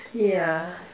yeah